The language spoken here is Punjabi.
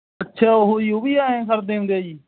ਅੱਛਾ ਉਹ ਜੀ ਉਹ ਵੀ ਆਏਂ ਕਰਦੇ ਹੁੰਦੇ ਆ ਜੀ